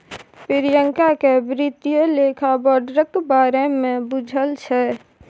प्रियंका केँ बित्तीय लेखा बोर्डक बारे मे बुझल छै